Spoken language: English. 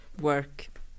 work